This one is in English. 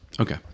Okay